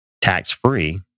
tax-free